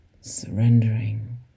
surrendering